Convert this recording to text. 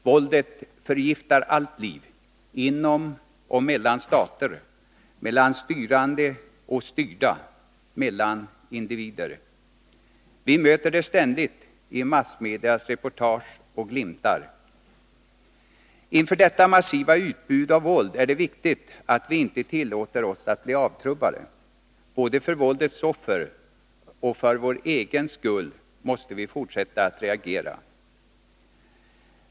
Våldet förgiftar allt liv, inom och mellan stater, mellan styrande och styrda, mellan individer. Vi möter det ständigt, i massmedias reportage och glimtar. Inför detta massiva utbud av våld är det viktigt att vi inte tillåter oss att bli avtrubbade. Både för våldets offers och för vår egen skull måste vi fortsätta att reagera.